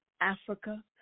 Africa